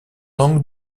langue